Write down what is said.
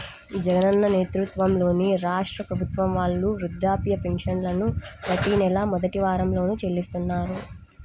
జగనన్న నేతృత్వంలోని రాష్ట్ర ప్రభుత్వం వాళ్ళు వృద్ధాప్య పెన్షన్లను ప్రతి నెలా మొదటి వారంలోనే చెల్లిస్తున్నారు